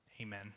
Amen